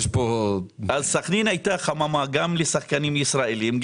סכנין הייתה חממה גם לשחקנים ישראלים,